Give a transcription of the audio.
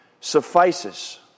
suffices